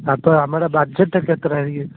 അപ്പോൾ നമ്മുടെ ബഡ്ജറ്റ് ഒക്കെ എത്ര ആയിരിക്കും